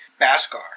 Baskar